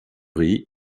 riz